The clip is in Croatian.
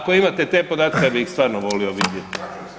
Ako imate te podatke ja bih ih stvarno volio vidjeti.